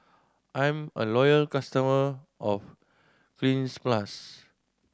I'm a loyal customer of Cleanz Plus